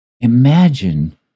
imagine